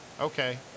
Okay